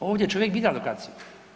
Ovdje čovjek bira lokaciju.